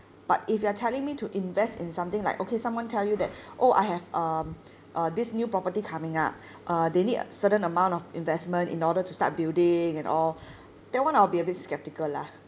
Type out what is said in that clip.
but if you're telling me to invest in something like okay someone tell you that oh I have um uh this new property coming up uh they need certain amount of investment in order to start building and all that [one] I'll be a bit skeptical lah